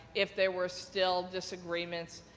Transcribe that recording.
if there were still disagreements,